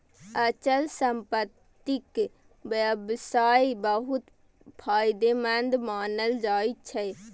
अचल संपत्तिक व्यवसाय बहुत फायदेमंद मानल जाइ छै